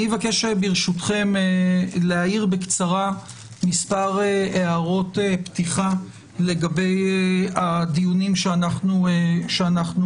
אני מבקש ברשותכם להעיר בקצרה מספר הערות פתיחה לגבי הדיונים שאנחנו